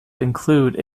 include